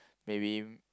maybe